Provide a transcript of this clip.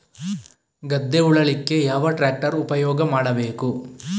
ಗದ್ದೆ ಉಳಲಿಕ್ಕೆ ಯಾವ ಟ್ರ್ಯಾಕ್ಟರ್ ಉಪಯೋಗ ಮಾಡಬೇಕು?